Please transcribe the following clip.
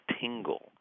tingle